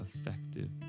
effective